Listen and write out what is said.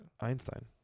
Einstein